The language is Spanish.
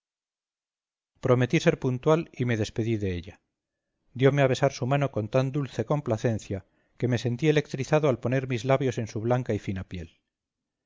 prometí ser puntual y me despedí de ella diome a besar su mano con tan dulce complacencia que me sentí electrizado al poner mis labios en su blanca y fina piel